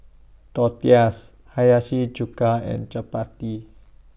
Tortillas Hiyashi Chuka and Chapati